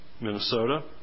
Minnesota